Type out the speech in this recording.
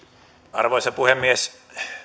arvoisa puhemies